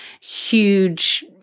huge